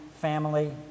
Family